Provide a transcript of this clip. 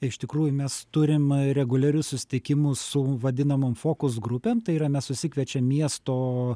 iš tikrųjų mes turim reguliarius susitikimus su vadinamom fokus grupėm tai yra mes susikviečiam miesto